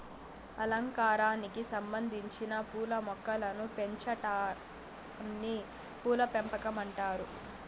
అలంకారానికి సంబందించిన పూల మొక్కలను పెంచాటాన్ని పూల పెంపకం అంటారు